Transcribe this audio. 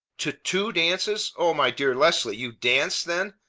to two dances! o my dear leslie! you dance, then?